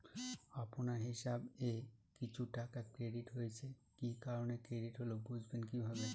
আপনার হিসাব এ কিছু টাকা ক্রেডিট হয়েছে কি কারণে ক্রেডিট হল বুঝবেন কিভাবে?